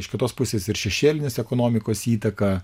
iš kitos pusės ir šešėlinės ekonomikos įtaka